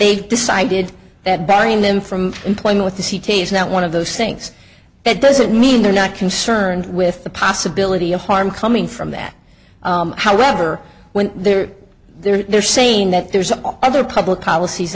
they decided that burying them from employment with the c t s not one of those things that doesn't mean they're not concerned with the possibility of harm coming from that however when they're there they're saying that there's an odd their public polic